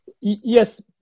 Yes